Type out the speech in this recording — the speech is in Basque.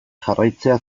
jarraitzea